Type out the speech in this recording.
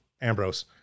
Ambrose